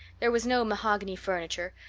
there was no mahogany furniture,